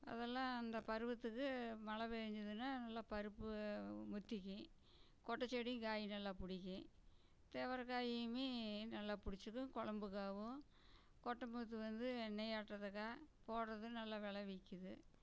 அதெல்லாம் அந்த பருவத்துக்கு மழை பேஞ்சதுன்னால் நல்ல பருப்பு முத்திக்கும் கொட்டச்செடியும் காய் நல்லா பிடிக்கும் துவரக்காயிமே நல்லா பிடிச்சிக்கும் குழம்புக்கு ஆவும் கொட்டைமுத்து வந்து எண்ணெய் ஆட்டுறத்துக்கா போடுறது நல்ல வில விக்குது